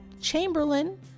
Chamberlain